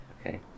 Okay